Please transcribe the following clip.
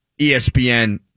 ESPN